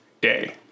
day